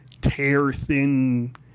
tear-thin